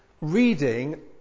reading